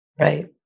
Right